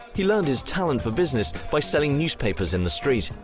he learned his talent for business by selling newspapers in the street.